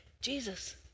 Jesus